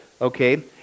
okay